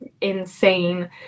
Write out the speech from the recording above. insane